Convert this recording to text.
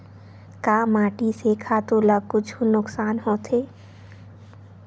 का माटी से खातु ला कुछु नुकसान होथे?